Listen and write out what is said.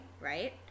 right